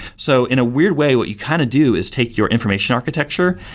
so in a weird way, what you kind of do is take your information architecture,